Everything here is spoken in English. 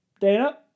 Dana